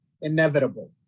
inevitable